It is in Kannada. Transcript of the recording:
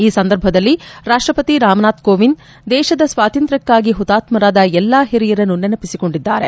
ಈ ಸಂದರ್ಭದಲ್ಲಿ ರಾಷ್ವಪತಿ ರಾಮನಾಥ್ ಕೋವಿಂದ್ ದೇಶದ ಸ್ವಾತಂತ್ರ್ಕಕ್ಕಾಗಿ ಹುತಾತ್ಮರಾದ ಎಲ್ಲಾ ಹಿರಿಯರನ್ನು ನೆನಪಿಸಿಕೊಂಡಿದ್ದಾರೆ